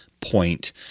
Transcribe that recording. point